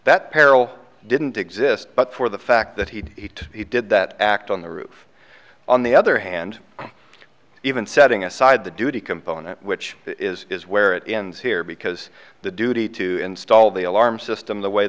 that peril didn't exist but for the fact that he did that act on the roof on the other hand even setting aside the duty component which is where it ends here because the duty to install the alarm system the way